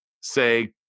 say